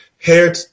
hair